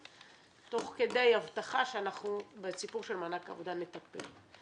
תוך כדי ההבטחה שאנחנו בסיפור של מענק עבודה נטפל.